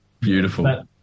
Beautiful